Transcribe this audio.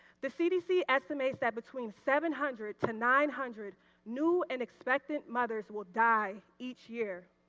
the cdc estimates that between seven hundred to nine hundred new and expectant mothers will die each year.